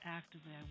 actively